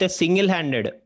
single-handed